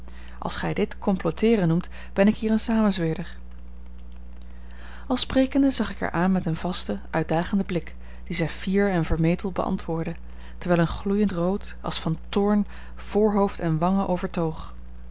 als gij dit comploteeren noemt ben ik hier een samenzweerder al sprekende zag ik haar aan met een vasten uitdagenden blik dien zij fier en vermetel beantwoordde terwijl een gloeiend rood als van toorn voorhoofd en wangen